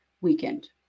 weekend